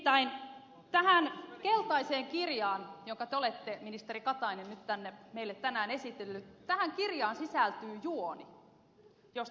nimittäin tähän keltaiseen kirjaan jonka te olette ministeri katainen nyt meille tänään esitellyt tähän kirjaan sisältyy juoni josta te vaikenette